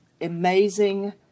amazing